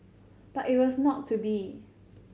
but it was not to be